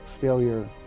failure